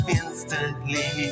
instantly